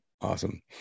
Awesome